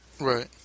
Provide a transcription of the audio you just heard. Right